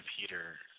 Peter